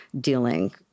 dealing